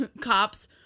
cops